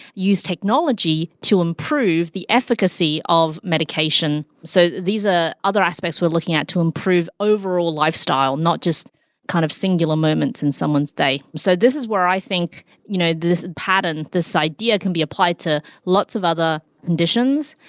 use technology to improve the efficacy of medication, so these are ah other aspects we're looking at to improve overall lifestyle, not just kind of singular moments in someone's day so this is where i think you know this pattern, this idea can be applied to lots of other conditions,